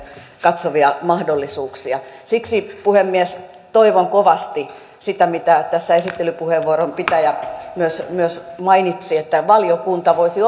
katsovia mahdollisuuksia siksi puhemies toivon kovasti sitä mitä tässä esittelypuheenvuoron pitäjä myös myös mainitsi että valiokunta voisi